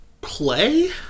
play